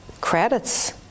credits